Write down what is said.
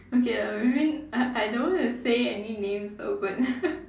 okay lah maybe I I don't want to say any names out but